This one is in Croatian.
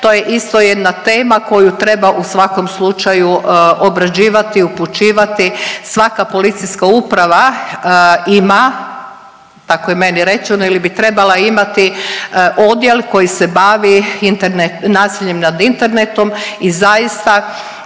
To je isto jedna tema koju treba u svakom slučaju obrađivati i upućivati. Svaka policijska uprava ima, tako je meni rečeno ili bi trebala imati odjel koji se bavi nasiljem nad internetom i zaista